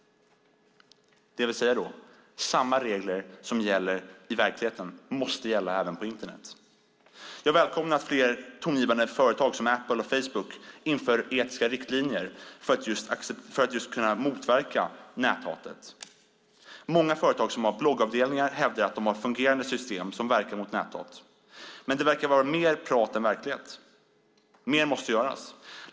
Det betyder att de regler som gäller i verkligheten också måste gälla på Internet. Jag välkomnar att flera tongivande företag, såsom Apple och Facebook, inför etiska riktlinjer just för att kunna motverka näthatet. Många företag som har bloggavdelning hävdar att de har ett fungerande system som verkar mot näthatet, men det tycks vara mer prat än verklighet. Mer måste göras.